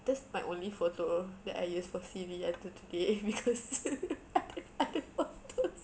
that's my only photo that I use for C_V until today because I don't have other photos